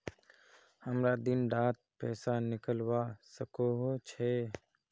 हमरा दिन डात पैसा निकलवा सकोही छै?